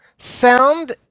Sound